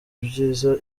ibyiza